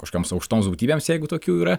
kažkokioms aukštoms būtybėms jeigu tokių yra